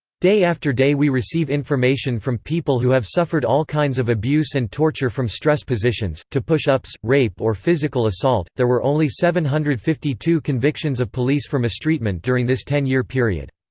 day after day we receive information from people who have suffered all kinds of abuse and torture from stress positions, to push-ups, rape or physical assault there were only seven hundred and fifty two convictions of police for mistreatment during this ten year period.